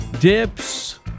dips